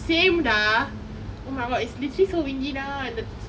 same dah oh my god it's literally so windy now and the